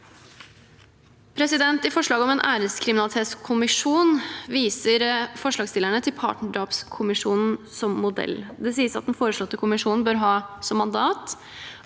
området. I forslaget om en æreskriminalitetskommisjon viser forslagsstillerne til partnerdrapskommisjonen som modell. Det sies at den foreslåtte kommisjonen bør ha som mandat